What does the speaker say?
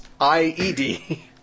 I-E-D